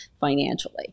financially